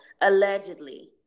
allegedly